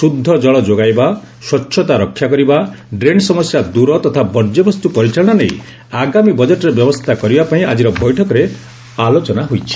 ସୁଦ୍ଧ ଜଳ ଯୋଗାଇବା ସ୍ୱଚ୍ଛତା ରକ୍ଷା କରିବା ଡ୍ରେନ୍ ସମସ୍ୟା ଦୂର ତଥା ବର୍ଜ୍ୟବସ୍ତୁ ପରିଚାଳନା ନେଇ ଆଗାମୀ ବଜେଟ୍ରେ ବ୍ୟବସ୍ଥା କରିବା ପାଇଁ ଆଜିର ବୈଠକରେ ଆଲୋଚନା ହୋଇଛି